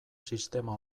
sistema